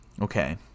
okay